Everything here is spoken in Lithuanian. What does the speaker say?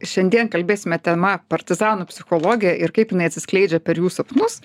šiandien kalbėsime tema partizanų psichologija ir kaip jinai atsiskleidžia per jų sapnus